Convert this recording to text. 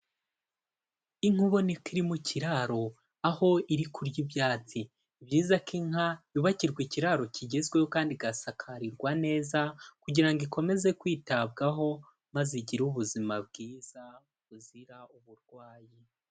Inka ubona ko iri mu kiraro aho iri kurya ibyatsi. Ni byiza ko inka yubakirwa ikiraro kigezweho kandi igasakarirwa neza kugira ngo ikomeze kwitabwaho maze igire ubuzima bwiza buzira uburwayi.